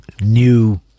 new